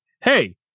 hey